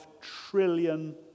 trillion